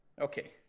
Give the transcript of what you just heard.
Okay